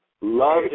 Love